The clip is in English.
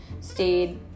stayed